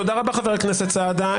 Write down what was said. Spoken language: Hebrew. תודה רבה, חבר הכנסת סעדה.